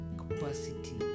capacity